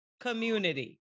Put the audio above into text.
community